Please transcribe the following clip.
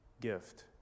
gift